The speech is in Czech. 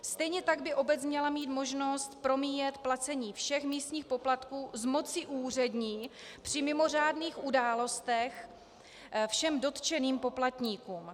Stejně tak by obec měla mít možnost promíjet placení všech místních poplatků z moci úřední při mimořádných událostech všem dotčeným poplatníkům.